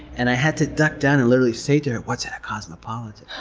and i had to duck down and literally say to her, what's in a cosmopolitan?